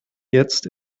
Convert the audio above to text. jetzt